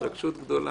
התרגשות גדולה.